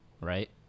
right